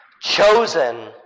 chosen